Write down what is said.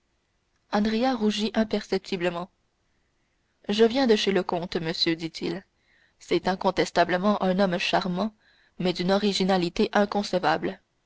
andrea rougit imperceptiblement je viens de chez le comte monsieur dit-il c'est incontestablement un homme charmant mais d'une originalité inconcevable